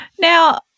Now